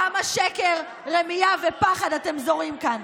כמה שקר, רמייה ופחד אתם זורעים כאן.